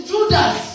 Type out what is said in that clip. Judas